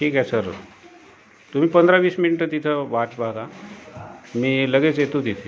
ठीक आहे सर तुम्ही पंधरा वीस मिंट तिथं वाट बघा मी लगेच येतो तिथे